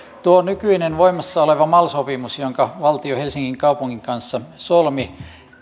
tuo nykyinen voimassa oleva mal sopimus jonka valtio helsingin kaupungin kanssa solmi